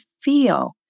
feel